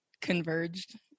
converged